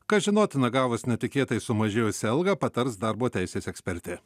kas žinotina gavus netikėtai sumažėjusią algą patars darbo teisės ekspertė